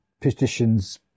petitions